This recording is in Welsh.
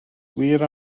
wir